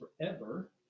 forever